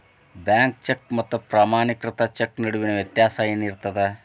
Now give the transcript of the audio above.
Bank cheque ಮತ್ತ ಪ್ರಮಾಣೇಕೃತ cheque ನಡುವಿನ್ ವ್ಯತ್ಯಾಸ ಏನಿರ್ತದ?